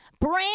Brand